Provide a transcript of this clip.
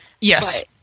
Yes